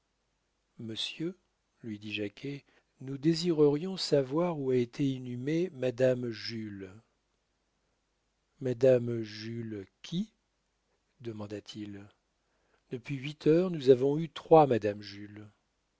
monsieur lui dit jacquet nous désirerions savoir où a été inhumée madame jules madame jules qui demanda-t-il depuis huit jours nous avons eu trois madame jules